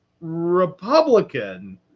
Republican